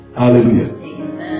hallelujah